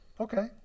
Okay